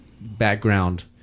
background